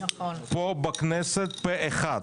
פה בכנסת פה אחד.